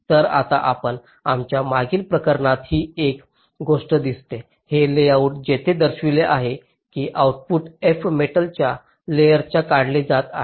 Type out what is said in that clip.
तर आता आपणास आमच्या मागील प्रकरणात ही एक गोष्ट दिसते हे लेआउट येथे दर्शविले होते की आउटपुट f मेटलच्या लेयर्सात काढले जात आहे